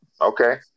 Okay